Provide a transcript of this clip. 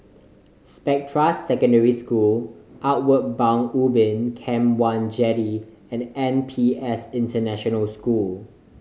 Spectra Secondary School Outward Bound Ubin Camp One Jetty and N P S International School